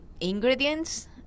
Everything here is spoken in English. ingredients